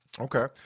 okay